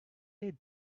they